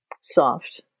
Soft